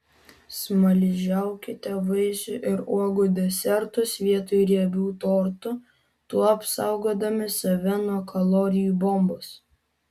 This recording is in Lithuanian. smaližiaukite vaisių ir uogų desertus vietoj riebių tortų tuo apsaugodami save nuo kalorijų bombos